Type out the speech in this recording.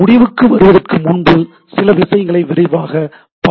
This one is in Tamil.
முடிவுக்கு வருவதற்கு முன்பு சில விஷயங்களை விரைவாக பார்ப்போம்